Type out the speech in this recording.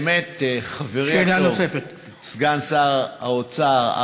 באמת חברי הטוב סגן שר האוצר,